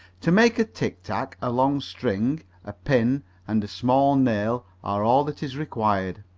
to make a tic-tac a long string, a pin and a small nail are all that is required.